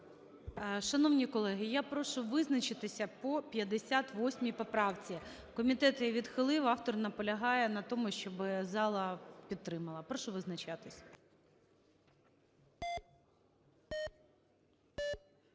Шановні колеги, я прошу визначитися по 58 поправці. Комітет її відхилив, автор наполягає на тому, щоби зала підтримала. Прошу визначатися.